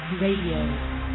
Radio